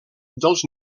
dels